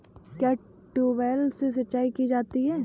क्या ट्यूबवेल से सिंचाई की जाती है?